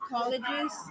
colleges